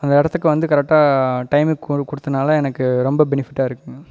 அந்த இடத்துக்கு வந்து கரெக்டாக டைமுக்கு வந்து கொடுத்தனால எனக்கு ரொம்ப பெனிஃபிட்டாக இருக்குதுங்க